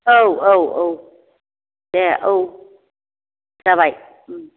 औ औ औ दे औ जाबाय